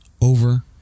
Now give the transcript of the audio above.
over